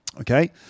Okay